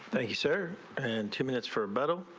thank you sir and two minutes for metal